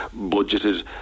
budgeted